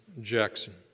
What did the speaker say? Jackson